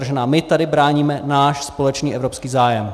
My tady bráníme náš společný evropský zájem.